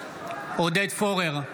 עודד פורר,